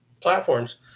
platforms